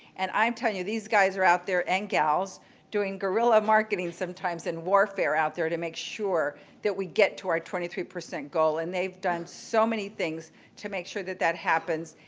and i'm telling you, these guys are out there and gals doing gorilla marketing sometimes and warfare out there to make sure that we get to our twenty three percent goal. and they've done so many things to make sure that that happens.